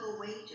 wages